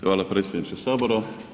Hvala predsjedniče Sabora.